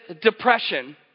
depression